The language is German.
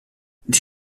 die